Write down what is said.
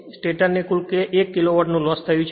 સ્ટેટરને કુલ 1 કિલોવોટનું લોસ થયું છે